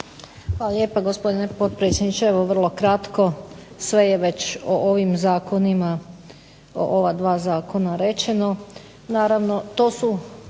Hvala lijepa gospodine potpredsjedniče. Evo vrlo kratko, sve je već o ovim zakonima, o ova dva zakona rečeno.